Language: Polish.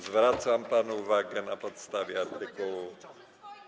Zwracam panu uwagę na podstawie artykułu.